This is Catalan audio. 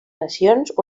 nacions